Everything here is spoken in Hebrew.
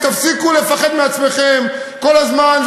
ותפסיקו לפחד מעצמכם כל הזמן,